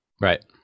Right